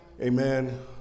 Amen